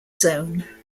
zone